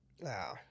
wow